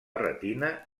retina